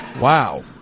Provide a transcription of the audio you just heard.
Wow